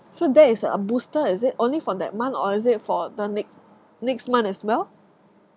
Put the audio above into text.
so that is a booster is it only for that month or is it for the next next month as well